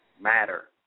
matter